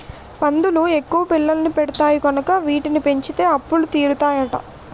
పందులు ఎక్కువ పిల్లల్ని పెడతాయి కనుక వీటిని పెంచితే అప్పులు తీరుతాయట